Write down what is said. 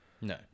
no